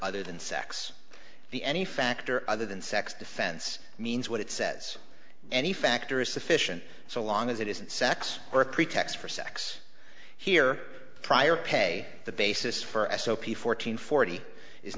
other than sex the any factor other than sex defense means what it says any factor is sufficient so long as it isn't sex work pretext for sex here prior pay the basis for s o p fourteen forty is